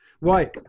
Right